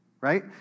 Right